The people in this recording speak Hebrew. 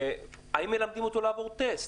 האם מלמדים אותו לעבור טסט?